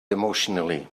emotionally